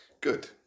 Good